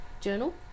journal